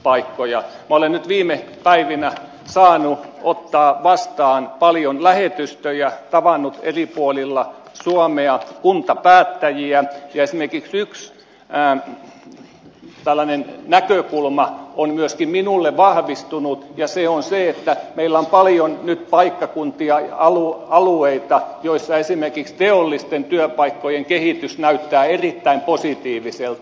minä olen nyt viime päivinä saanut ottaa vastaan paljon lähetystöjä tavannut eri puolilla suomea kuntapäättäjiä ja esimerkiksi yksi näkökulma on myöskin minulle vahvistunut ja se on se että meillä on paljon nyt paikkakuntia alueita joissa esimerkiksi teollisten työpaikkojen kehitys näyttää erittäin positiiviselta